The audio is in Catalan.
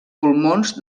pulmons